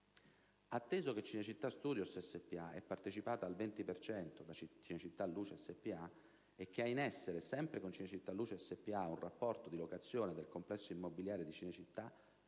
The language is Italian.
Atteso che Cinecittà Studios SpA è partecipata al 20 per cento da Cinecittà Luce SpA e che ha in essere, sempre con Cinecittà Luce SpA, un rapporto di locazione del complesso immobiliare di Cinecittà